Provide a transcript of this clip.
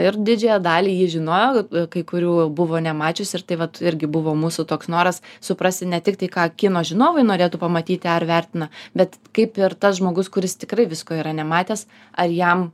ir didžiąją dalį ji žinojo kai kurių buvo nemačiusi ir tai vat irgi buvo mūsų toks noras suprasti ne tik tai ką kino žinovai norėtų pamatyti ar vertina bet kaip ir tas žmogus kuris tikrai visko yra nematęs ar jam